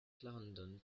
clarendon